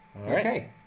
Okay